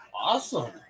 Awesome